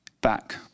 back